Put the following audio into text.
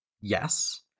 Yes